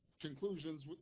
conclusions